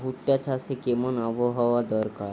ভুট্টা চাষে কেমন আবহাওয়া দরকার?